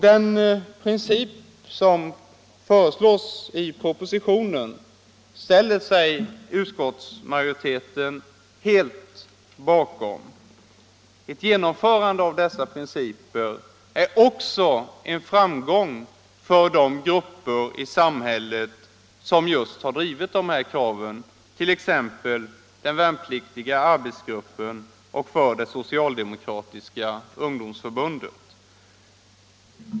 Den princip som föreslås i propositionen ställer sig utskottsmajoriteten helt bakom. Ett genomförande av dessa principer är också en framgång för de grupper i samhället som just har drivit de här kraven, t.ex. den värnpliktiga arbetsgruppen och det socialdemokratiska ungdomsförbundet.